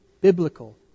biblical